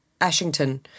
Ashington